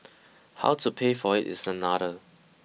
how to pay for it is another